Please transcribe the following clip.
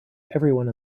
everyone